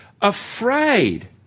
Afraid